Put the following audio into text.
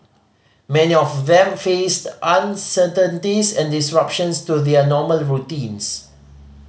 many of them faced uncertainties and disruptions to their normal routines